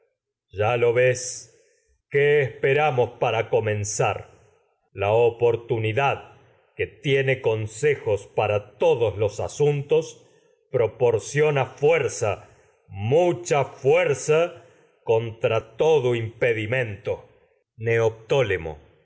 ya lo ves qué espera mos para comenzar la oportunidad que tiene los asuntos conse jos para todos proporciona fuerza mucha fuerza contra todo impedimento